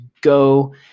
go